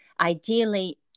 ideally